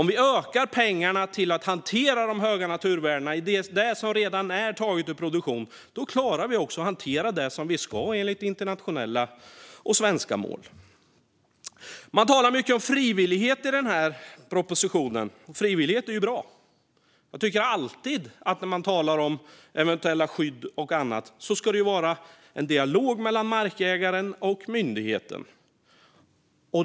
Om vi ökar pengarna till att hantera de höga naturvärdena i det som redan är taget ur produktion klarar vi också att hantera det som vi ska enligt internationella och svenska mål. Man talar mycket om frivillighet i propositionen. Och frivillighet är bra. När man talar om eventuella skydd och annat tycker jag att det alltid ska vara en dialog mellan markägaren och myndigheten.